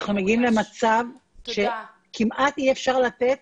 אנחנו מגיעים למצב שכמעט אי אפשר לתת